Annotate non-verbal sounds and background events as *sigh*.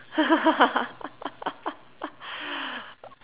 *laughs*